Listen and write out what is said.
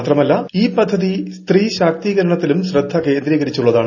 മാത്രമല്ല ഈ പദ്ധതി സ്ത്രീ ശാക്തീകരണത്തിലും ശ്രദ്ധ കേന്ദ്രീകരിച്ചുള്ളതാണ്